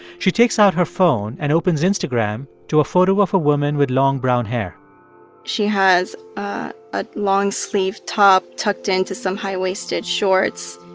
she takes out her phone and opens instagram to a photo of a woman with long, brown hair she has ah a long-sleeved top tucked into some high-waisted shorts.